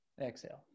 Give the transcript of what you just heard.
exhale